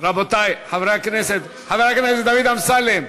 רבותי חברי הכנסת, חבר הכנסת דוד אמסלם,